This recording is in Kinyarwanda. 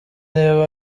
niba